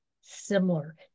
similar